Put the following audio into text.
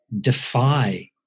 defy